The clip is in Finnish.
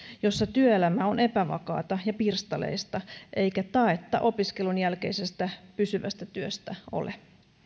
jossa työelämä on epävakaata ja pirstaleista eikä taetta opiskelun jälkeisestä pysyvästä työstä ole